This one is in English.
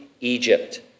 Egypt